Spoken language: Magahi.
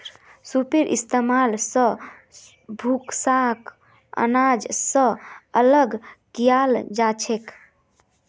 सूपेर इस्तेमाल स भूसाक आनाज स अलग कियाल जाछेक